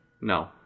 No